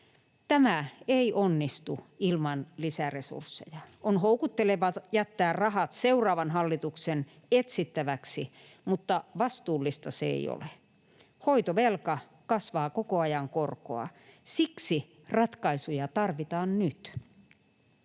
Tämä ei onnistu ilman lisäresursseja. On houkuttelevaa jättää rahat seuraavan hallituksen etsittäväksi, mutta vastuullista se ei ole. Hoitovelka kasvaa koko ajan korkoa. Siksi ratkaisuja tarvitaan nyt.